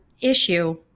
issue